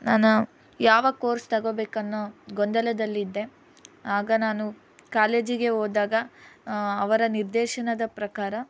ನಾನು ಯಾವ ಕೋರ್ಸ್ ತಗೋಬೇಕು ಅನ್ನೋ ಗೊಂದಲದಲ್ಲಿದ್ದೆ ಆಗ ನಾನು ಕಾಲೇಜಿಗೆ ಹೋದಾಗ ಅವರ ನಿರ್ದೇಶನದ ಪ್ರಕಾರ